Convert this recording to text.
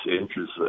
interest